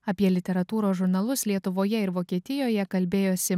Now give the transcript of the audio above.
apie literatūros žurnalus lietuvoje ir vokietijoje kalbėjosi